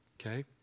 okay